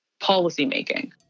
policymaking